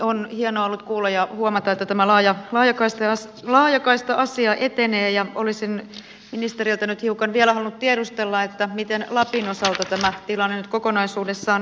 on hienoa ollut kuulla ja huomata että tämä laajakaista asia etenee ja olisin ministeriltä nyt hiukan vielä halunnut tiedustella miten lapin osalta tämä tilanne kokonaisuudessaan näyttäytyy